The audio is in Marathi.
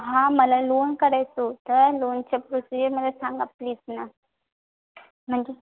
हां मला लोन करायचं होतं लोनच्या प्रोसिजर मला सांगा प्लीज ना म्हणजे